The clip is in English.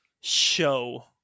show